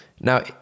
now